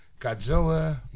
Godzilla